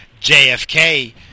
JFK